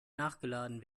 nachgeladen